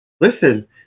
Listen